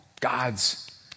God's